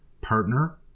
Partner